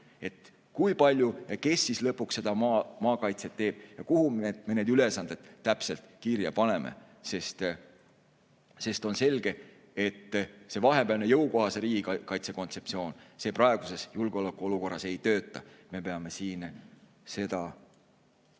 kui palju ja kes lõpuks maakaitset teeb ja kuhu me need ülesanded täpselt kirja paneme. On selge, et vahepealne jõukohase riigikaitse kontseptsioon praeguses julgeolekuolukorras ei tööta. Me peame seda